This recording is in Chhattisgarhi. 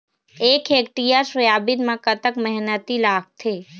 एक हेक्टेयर सोयाबीन म कतक मेहनती लागथे?